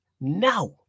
now